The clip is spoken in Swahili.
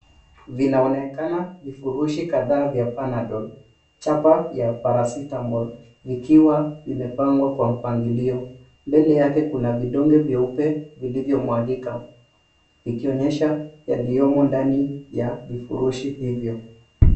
Vinaonekana vifurushi kadhaa za panadol ,chapa za paracetamol vikiwa vimepangwa kwa mpangilio. Mbele yake kuna vidonge vilivyomwangika vikionyesha yaliyomo ndani ya vifurushi hivyo.